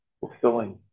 fulfilling